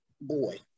boy